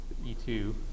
E2